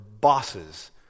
bosses